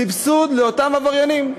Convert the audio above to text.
סבסוד לאותם עבריינים.